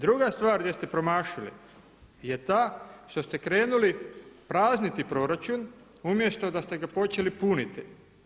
Druga stvar gdje ste promašili je ta što ste krenuli prazniti proračun, umjesto da ste ga počeli puniti.